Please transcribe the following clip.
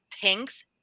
pinks